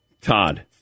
Todd